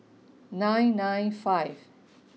nine nine five